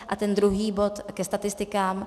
A ten druhý bod ke statistikám.